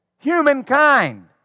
Humankind